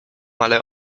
ale